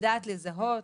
לדעת לזהות,